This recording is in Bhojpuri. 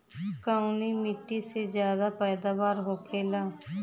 कवने मिट्टी में ज्यादा पैदावार होखेला?